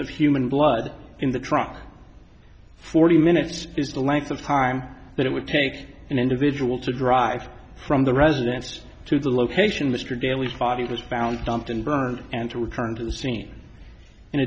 of human blood in the trunk forty minutes is the length of time that it would take an individual to drive from the residence to the location mr daly body was found dumped and burned and to return to the scene in